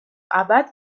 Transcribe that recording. ابد